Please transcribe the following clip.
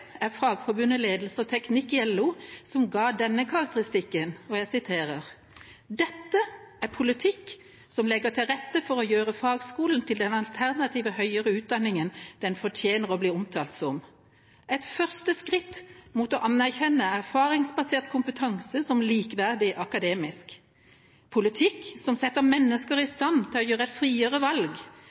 er Forbundet for Ledelse og Teknikk, i LO, som ga denne karakteristikken: «Dette er politikk som legger til rette for å gjøre fagskolen til den alternative høyere utdanningen den fortjener å bli omtalt som. Et første skritt mot å anerkjenne erfaringsbasert kompetanse som likeverdig akademisk. Politikk som setter mennesker i stand til å gjøre friere valg, og skritt i retning av å bygge et